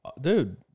Dude